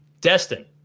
Destin